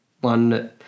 One